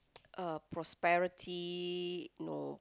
uh prosperity no